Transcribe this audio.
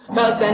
Cause